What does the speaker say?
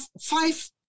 five